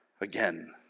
again